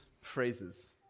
phrases